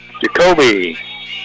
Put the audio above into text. Jacoby